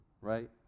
right